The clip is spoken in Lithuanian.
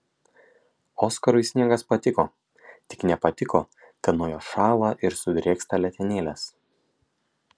oskarui sniegas patiko tik nepatiko kad nuo jo šąla ir sudrėksta letenėlės